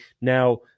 Now